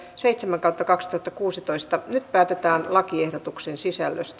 seitsemänkata kaks tyttö kuusitoista päätetään lakiehdotuksen sisällöstä